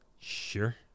Sure